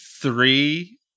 three